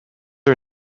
are